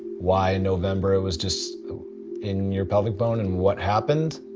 why in november it was just in your pelvic bone and what happened.